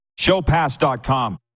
showpass.com